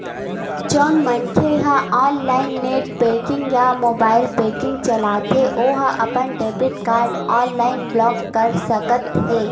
जउन मनखे ह ऑनलाईन नेट बेंकिंग या मोबाईल बेंकिंग चलाथे ओ ह अपन डेबिट कारड ऑनलाईन ब्लॉक कर सकत हे